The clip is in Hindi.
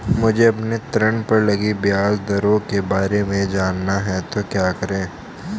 मुझे अपने ऋण पर लगी ब्याज दरों के बारे में जानना है तो क्या करें?